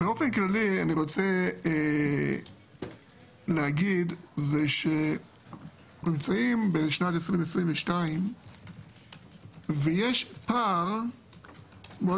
באופן כללי אני רוצה לומר שאנחנו נמצאים בשנת 2022 ויש פער מאוד